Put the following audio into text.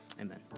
Amen